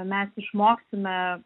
mes išmoksime